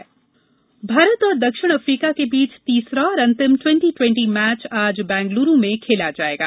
twenty twenty match Bharat और दक्षिण Africa के बीच तीसरा और अंतिम ट्वेंटी ट्वेंटी मैच आज बैंगलुरू में खेला जाएगा